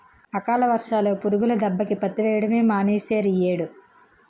అకాల వర్షాలు, పురుగుల దెబ్బకి పత్తి వెయ్యడమే మానీసేరియ్యేడు